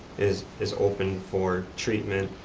is is open for treatment,